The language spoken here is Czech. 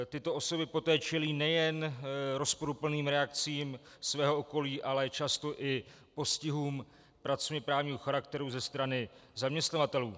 Tyto osoby poté čelí nejen rozporuplným reakcím svého okolí, ale často i postihům pracovněprávního charakteru ze strany zaměstnavatelů.